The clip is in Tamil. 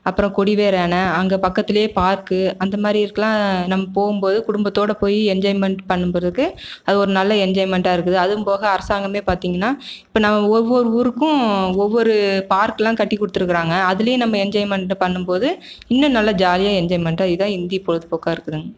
அப்புறம் கொடிவேரி அணை அங்கே பக்கத்துலேயே பார்க்கு அந்த மாதிரி இருக்கலாம் நம் போகும்போது குடும்பத்தோட போய் என்ஜாய்மெண்ட் பண்ணம் பிறகு அது ஒரு நல்ல என்ஜாய்மெண்ட்டாக இருக்குது அதுவும் போக அரசாங்கமே பார்த்தீங்கன்னா இப்போ நம்ம ஒவ்வொரு ஊருக்கும் ஒவ்வொரு பார்க்லாம் கட்டிக் கொடுத்துருக்கிறாங்க அதுலையும் நம்ம என்ஜாய்மெண்ட் பண்ணும்போது இன்னும் நல்ல ஜாலியாக என்ஜாய்மெண்ட்டாக இதாக இந்தியப் பொழுதுப்போக்காக இருக்குதுங்க